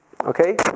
Okay